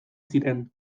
ziren